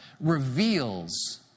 reveals